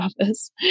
Office